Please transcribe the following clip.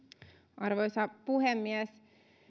arvoisa puhemies